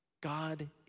God